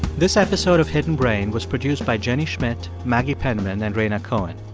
this episode of hidden brain was produced by jenny schmidt, maggie penman and rhaina cohen.